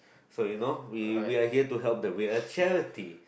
so you know we we are here to help the we are charity